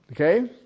Okay